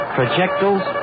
Projectiles